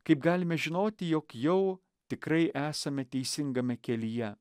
kaip galime žinoti jog jau tikrai esame teisingame kelyje